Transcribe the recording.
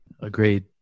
Agreed